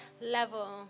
level